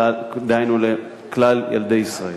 דהיינו לכלל ילדי ישראל.